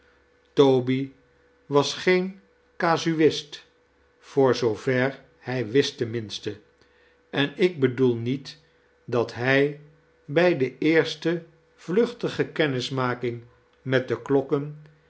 toby was geen casuist voor zoover liij wist ten minste en ik foedoel niet dat hij bij de eerate vluchtige kennismaking met de klokken